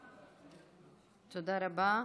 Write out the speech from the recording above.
תודה רבה.